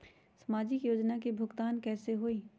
समाजिक योजना के भुगतान कैसे होई?